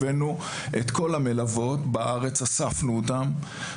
הבאנו את כל המלוות בארץ אספנו אותן,